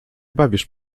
bawisz